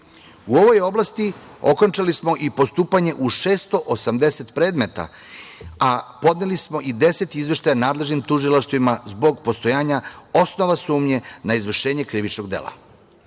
U ovoj oblasti okončali smo i postupanje u 680 predmeta, a podneli smo i 10 izveštaja nadležnim tužilaštvima zbog postojanja osnova sumnje na izvršenje krivičnog